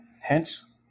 Hence